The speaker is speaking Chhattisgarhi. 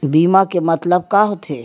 बीमा के मतलब का होथे?